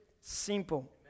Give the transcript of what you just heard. simple